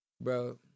bro